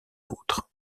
autres